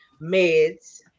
meds